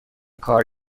کار